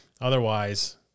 otherwise